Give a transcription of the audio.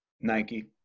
Nike